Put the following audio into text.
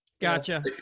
gotcha